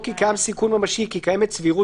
"כי קיים סיכון ממשי" לכתוב "כי קיימת סבירות